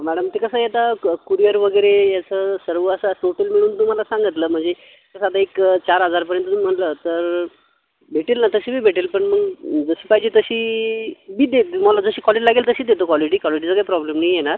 madam ते कसं आहे आता क कुरिअर वगैरे असं सर्व असा टोटल मिळून तुम्हाला सांगितलं म्हणजे कसं आता एक चार हजारपर्यंत तुम्ही म्हटलं तर भेटेल नं तशीही भेटेल पण मग जशी पाहिजे तशीबी देतो तुम्हाला जशी कॉलिटी लागेल तशी देतो कॉलिटी कॉलिटीचा काय प्रॉब्लेम नाही येणार